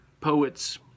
Poets